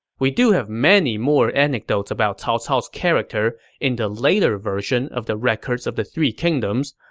we do have many more anecdotes about cao cao's character in the later version of the records of the three kingdoms,